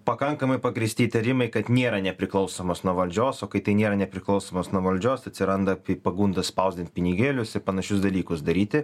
pakankamai pagrįsti įtarimai kad nėra nepriklausomas nuo valdžios o kai tai nėra nepriklausomas nuo valdžios atsiranda pagunda spausdint pinigėlius ir panašius dalykus daryti